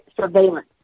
surveillance